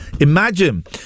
Imagine